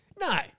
No